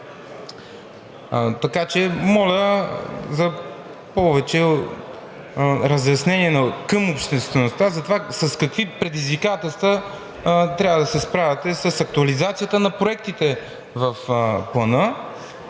Така че, моля за повече разяснение към обществеността за това с какви предизвикателства трябва да се справяте с актуализацията на проектите в Плана,